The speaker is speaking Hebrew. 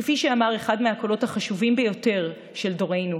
כפי שאמר אחד הקולות החשובים ביותר של דורנו,